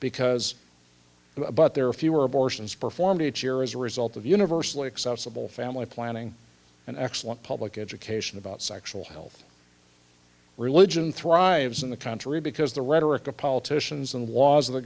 because but there are fewer abortions performed each year as a result of universally accessible family planning and excellent public education about sexual health religion thrives in the country because the rhetoric of politicians and was